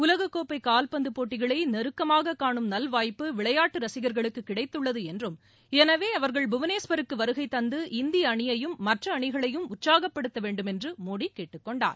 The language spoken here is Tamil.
உலகக்கோப்பை கால்பந்து போட்டிகளை நெருக்கமாக காணும் நல்வாய்ப்பு விளையாட்டு ரசிக்களுக்கு கிடைத்துள்ளது என்றும் எனவே அவர்கள் புவனேஸ்வருக்கு வருகைதந்து இந்திய அணியையும் மற்ற அணிகளையும் உற்சாகப்படுத்த வேண்டும் என்று மோடி கேட்டுக்கொண்டார்